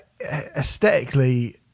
Aesthetically